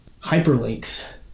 hyperlinks